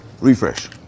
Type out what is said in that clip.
Refresh